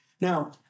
Now